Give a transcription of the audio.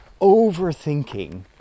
overthinking